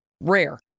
rare